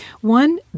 One